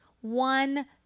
one